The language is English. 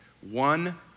one